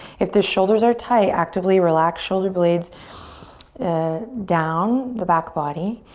if the shoulders are tight, actively relax shoulder blades and down the back body.